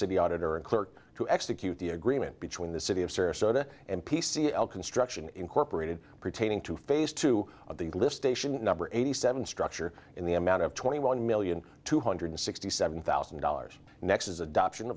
city auditor and clerk to execute the agreement between the city of sarasota and p c l construction incorporated pertaining to phase two of the list station number eighty seven structure in the amount of twenty one million two hundred sixty seven thousand dollars next is adoption